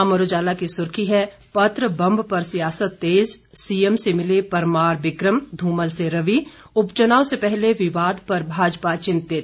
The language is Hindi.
अमर उजाला की सुर्खी है पत्र बम पर सियासत तेज सीएम से मिले परमार बिकम ध्रमल से रवि उपचुनाव से पहले विवाद पर भाजपा चिंतित